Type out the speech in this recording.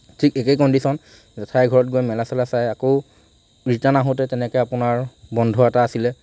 ঠিক একেই কণ্ডিশ্যন জেঠাইৰ ঘৰত গৈ মেলা চেলা চাই আকৌ ৰিটাৰ্ণ আহোঁতে তেনেকৈ আপোনাৰ বন্ধ এটা আছিলে